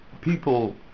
People